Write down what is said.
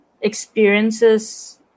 experiences